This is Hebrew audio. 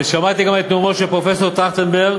ושמעתי גם את נאומו של פרופסור טרכטנברג,